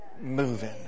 moving